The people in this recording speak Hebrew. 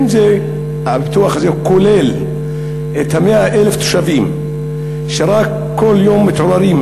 האם הפיתוח הזה כולל את 100,000 התושבים שרק כל יום מתעוררים